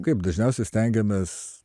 kaip dažniausiai stengiamės